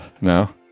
No